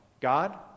God